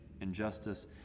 injustice